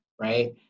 right